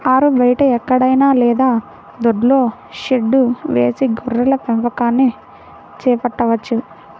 ఆరుబయట ఎక్కడైనా లేదా దొడ్డిలో షెడ్డు వేసి గొర్రెల పెంపకాన్ని చేపట్టవచ్చు